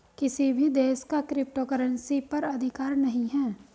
किसी भी देश का क्रिप्टो करेंसी पर अधिकार नहीं है